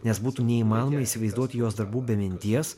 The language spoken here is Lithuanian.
nes būtų neįmanoma įsivaizduoti jos darbų be minties